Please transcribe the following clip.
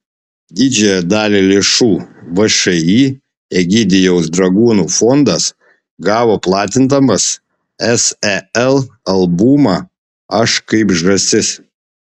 didžiąją dalį lėšų všį egidijaus dragūno fondas gavo platindamas sel albumą aš kaip žąsis